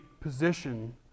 position